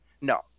No